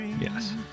Yes